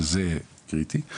שזה קריטי.